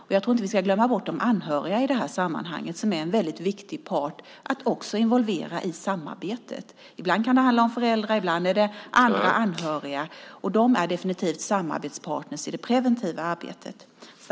Vi ska inte glömma bort de anhöriga i sammanhanget. De är en viktig part att involvera i samarbetet. Ibland kan det handla om föräldrar, och ibland är det andra anhöriga. De är definitivt samarbetspartner i det preventiva arbetet.